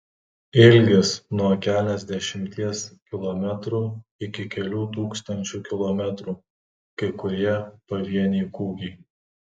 ilgis nuo keliasdešimties kilometrų iki kelių tūkstančių kilometrų kai kurie pavieniai kūgiai